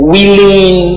Willing